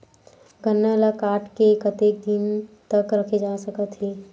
गन्ना ल काट के कतेक दिन तक रखे जा सकथे?